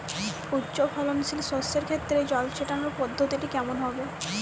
উচ্চফলনশীল শস্যের ক্ষেত্রে জল ছেটানোর পদ্ধতিটি কমন হবে?